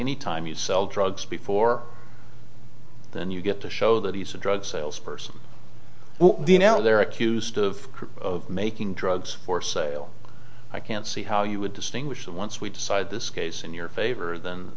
anytime you sell drugs before then you get to show that he's a drug sales person who you know they're accused of making drugs for sale i can't see how you would distinguish once we decide this case in your favor th